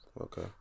Okay